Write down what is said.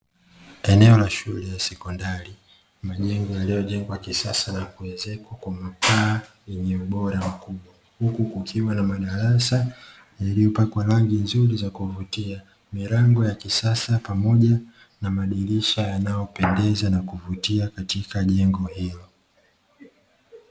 Eneo la shule ya sekondari, majengo yaliyojengwa kisasa, na kuezekwa kwa mapaa yenye ubora mkubwa, huku kukiwa na madarasa yakiyopakwa rangi nzuri za kuvutia, milango ya kisasa pamoja na madirisha yanayopendeza na kuvutia katika jengo hilo.